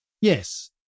Yes